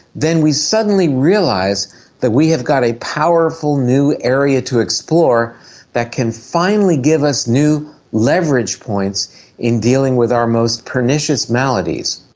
then we suddenly realise that we have got a powerful new area to explore that can finally give us new leverage points in dealing with our most pernicious maladies.